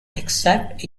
exact